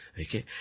Okay